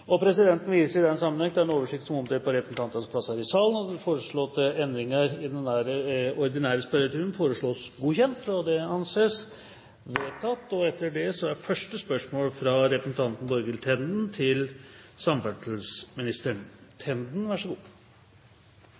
og presidenten viser i den sammenheng til den oversikt som er omdelt på representantenes plasser i salen. De foreslåtte endringer i dagens spørretime foreslås godkjent. – Det anses vedtatt. Endringene var som følger: Spørsmål 5, fra representanten Arne Sortevik til